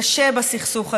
וקשה בסכסוך הזה,